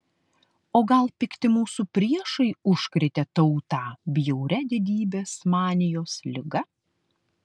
o gal pikti mūsų priešai užkrėtė tautą bjauria didybės manijos liga